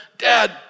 Dad